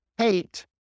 Hate